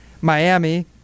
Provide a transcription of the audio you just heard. Miami